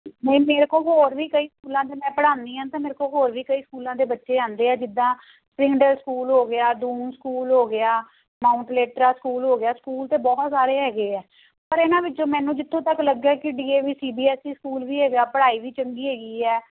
ਨਹੀਂ ਮੇਰੇ ਕੋਲ ਹੋਰ ਵੀ ਕਈ ਸਕੂਲਾਂ ਦੇ ਮੈਂ ਪੜ੍ਹਾਉਂਦੀ ਹਾਂ ਤਾਂ ਮੇਰੇ ਕੋਲ ਹੋਰ ਵੀ ਕਈ ਸਕੂਲਾਂ ਦੇ ਬੱਚੇ ਆਉਂਦੇ ਆ ਜਿੱਦਾਂ ਸਕੂਲ ਹੋ ਗਿਆ ਦੂਨ ਸਕੂਲ ਹੋ ਗਿਆ ਮਾਊਂਟ ਲੈਟਰਾ ਸਕੂਲ ਹੋ ਗਿਆ ਸਕੂਲ ਤਾਂ ਬਹੁਤ ਸਾਰੇ ਹੈਗੇ ਹੈ ਪਰ ਇਹਨਾਂ ਵਿੱਚੋਂ ਮੈਨੂੰ ਜਿੱਥੋਂ ਤੱਕ ਲੱਗਿਆ ਕਿ D A V C B S E school ਵੀ ਹੈਗਾ ਪੜ੍ਹਾਈ ਵੀ ਚੰਗੀ ਹੈਗੀ ਹੈ